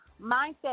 mindset